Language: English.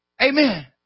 Amen